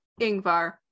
Ingvar